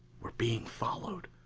we're being followed.